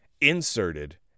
inserted